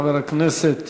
חבר הכנסת